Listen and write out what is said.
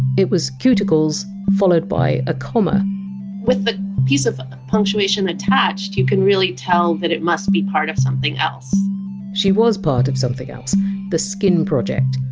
it was! cuticles! followed by a comma with a piece of punctuation attached, you can really tell that it must be part of something else she was part of something else the skin project,